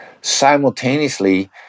simultaneously